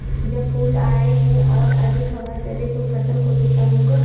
जब फूल आए हों और अधिक हवा चले तो फसल को नुकसान होगा?